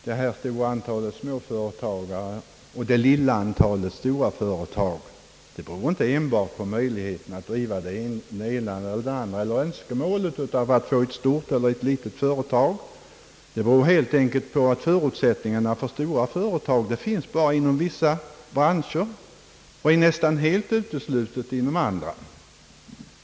Det stora antalet småföretag och det lilla antalet storföretag beror inte enbart på möjligheterna att driva ett företag av det ena eller andra slaget eller önskemålet att få ett litet eller stort företag. Det beror helt enkelt på att förutsättningarna för stora företag finns bara inom vissa branscher och är nästan helt uteslutna inom andra branscher.